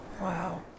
Wow